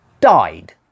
died